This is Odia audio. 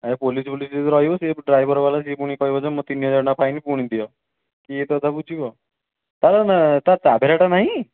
ଏ ପୋଲିସ୍ ଫୋଲିସ୍ ଯଦି ରହିବ ସିଏ ଡ୍ରାଇଭର ବାଲା ସେ ପୁଣି କହିବ ଯେ ମୋ ତିନି ହଜାର ଟଙ୍କା ଫାଇନ୍ ପୁଣି ଦିଅ କିଏ ଏତେ କଥା ବୁଝିବ ତାଙ୍କ ନ ତା ଟ୍ରାଭେରାଟା ନାଇଁ